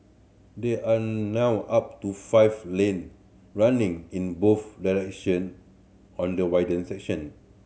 there are now up to five lane running in both direction on the widened section